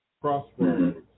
Crossroads